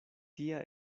tia